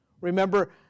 Remember